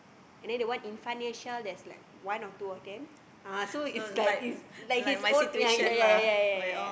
and then the one in front near Shell there's like one or two of them so is like like his own ya ya ya ya ya